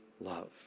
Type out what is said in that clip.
love